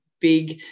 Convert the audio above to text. big